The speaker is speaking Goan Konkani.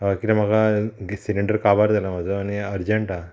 हय कित्याक म्हाका गॅस सिलिंडर काबार जाला म्हाजो आनी अर्जंट आहा